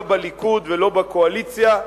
לא בליכוד ולא בקואליציה,